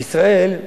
בישראל,